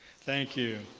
thank you.